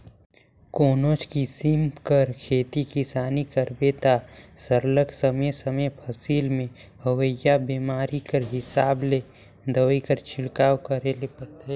कोनोच किसिम कर खेती किसानी करबे ता सरलग समे समे फसिल में होवइया बेमारी कर हिसाब ले दवई कर छिड़काव करे ले परथे